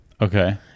Okay